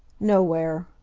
nowhere,